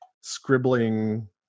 scribbling